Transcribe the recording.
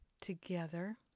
together